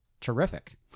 terrific